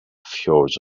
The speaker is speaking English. fjords